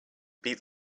beat